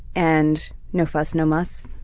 and no fuss, no muss.